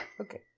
Okay